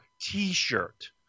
T-shirt